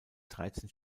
dreizehn